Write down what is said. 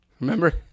Remember